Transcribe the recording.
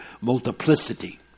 multiplicity